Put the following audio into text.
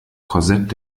korsett